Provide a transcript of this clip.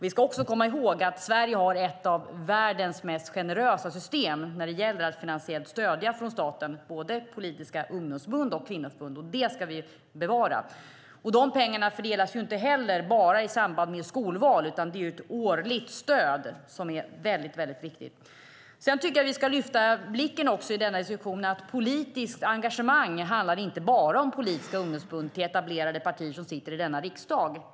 Vi ska komma ihåg att Sverige har ett av världens mest generösa system när det gäller att finansiellt från staten stödja både politiska ungdomsförbund och kvinnoförbund. Det ska vi bevara. Dessa pengar fördelas inte heller bara i samband med skolval, utan det är ett årligt stöd som är viktigt. Jag tycker att vi ska lyfta blicken i diskussionen och se att politiskt engagemang inte bara handlar om politiska ungdomsförbund till etablerade partier som sitter i denna riksdag.